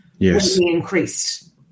Yes